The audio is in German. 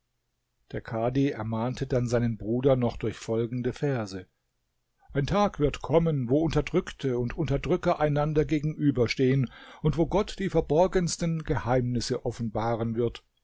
der kadhi ermahnte dann seinen bruder noch durch folgende verse ein tag wird kommen wo unterdrückte und unterdrücker einander gegenüberstehen und wo gott die verborgensten geheimnisse offenbaren wird